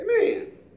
Amen